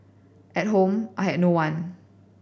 at home I had no one